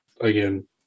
again